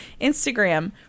Instagram